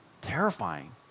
Terrifying